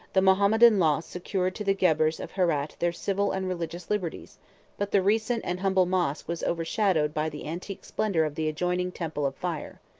the mahometan law secured to the ghebers of herat their civil and religious liberties but the recent and humble mosch was overshadowed by the antique splendor of the adjoining temple of fire.